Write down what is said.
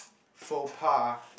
faux pas